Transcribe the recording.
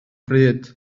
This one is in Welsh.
pryd